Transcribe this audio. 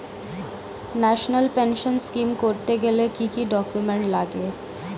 National pension scheme করতে গেলে কি কি ডকুমেন্ট লাগে?